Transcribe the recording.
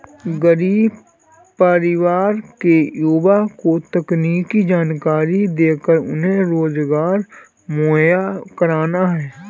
गरीब परिवार के युवा को तकनीकी जानकरी देकर उन्हें रोजगार मुहैया कराना है